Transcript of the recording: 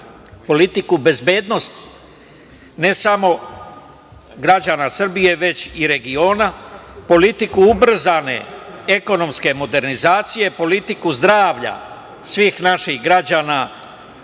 politiku bezbednosti, ne samo građana Srbije, već i regiona, politiku ubrzane ekonomske modernizacije, politiku zdravlja svih naših građana u